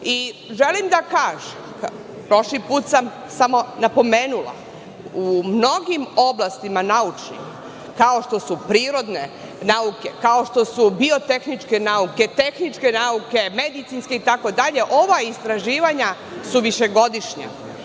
da kažem, prošli put sam samo napomenula, u mnogim oblastima naučnim, kao što su prirodne nauke, kao što su biotehničke nauke, tehničke nauke, medicinske itd, ova istraživanja su višegodišnja.